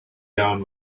down